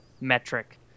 metric